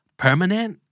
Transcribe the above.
permanent